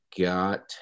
got